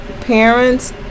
parents